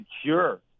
secure